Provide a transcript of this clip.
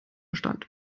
stand